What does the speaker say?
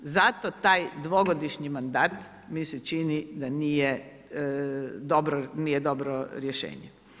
Zato taj dvogodišnji mandat mi se čini da nije dobro, nije dobro rješenje.